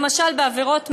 למשל בעבירות מין,